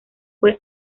fue